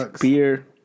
beer